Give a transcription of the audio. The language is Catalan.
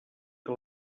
que